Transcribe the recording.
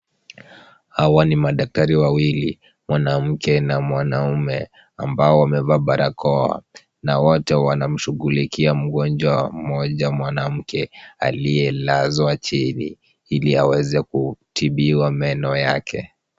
Hawa ni madaktari wawili, mwanamke na mwanaume, ambao wamevaa barakoa na wote wanamshughulikia mgonjwa mmoja mwanamke aliyelazwa chini, ili aweze kutibiwa meno yake.